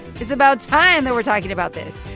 it's about time that we're talking about this.